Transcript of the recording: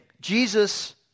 Jesus